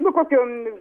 nu kokiom